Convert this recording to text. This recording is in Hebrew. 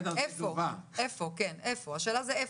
איפה, איפה, השאלה זה איפה.